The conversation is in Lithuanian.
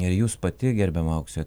ir jūs pati gerbiame aukse